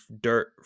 dirt